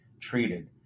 treated